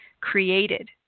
created